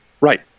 right